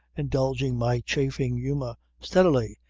indulging my chaffing humour steadily,